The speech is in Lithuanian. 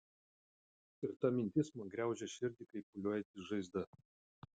ir ta mintis man graužia širdį kaip pūliuojanti žaizda